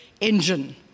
engine